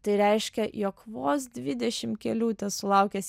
tai reiškia jog vos dvidešim kelių tesulaukęs